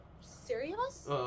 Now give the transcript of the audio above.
serious